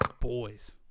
boys